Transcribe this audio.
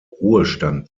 ruhestand